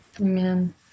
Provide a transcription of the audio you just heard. Amen